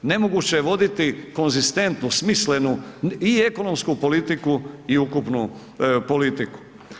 Nemoguće je voditi konzistentnu, smislenu i ekonomsku politiku i ukupnu politiku.